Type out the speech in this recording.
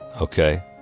okay